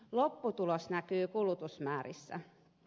lopputulos näkyy kulutusmäärissä